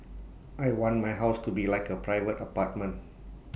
I want my house to be like A private apartment